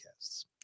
podcasts